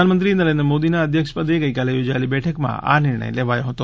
પ્રધાનમંત્રી નરેન્દ્ર મોદીના અધ્યક્ષપદે ગઇકાલે યોજાયેલી બેઠકમાં આ નિર્ણય લેવાયો હતો